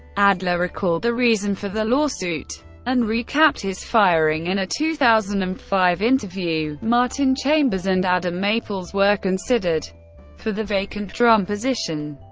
adler recalled the reason for the lawsuit and recapped his firing in a two thousand and five interview martin chambers and adam maples were considered for the vacant drum position.